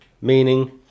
meaning